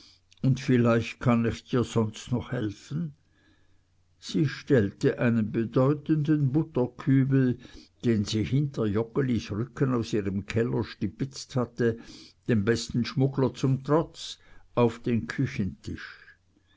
und vielleicht kann ich dir sonst noch helfen sie stellte einen bedeutenden butterkübel den sie hinter joggelis rücken aus ihrem keller stibitzt hatte dem besten schmuggler zum trotz auf den küchentisch